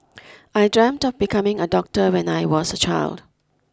I dreamt of becoming a doctor when I was a child